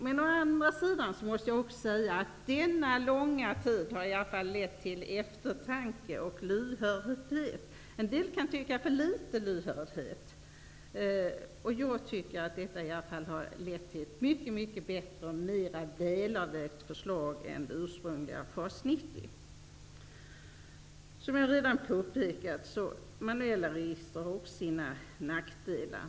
Men å andra sidan har denna långa tid lett till eftertanke och lyhördhet. Somliga kan tycka att det har varit för litet lyhördhet. Jag för min del anser att detta har lett till ett mycket bättre och mer avvägt förslag än det ursprungliga förslaget om FAS 90. Som jag redan påpekat har också manuella register sina nackdelar.